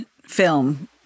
film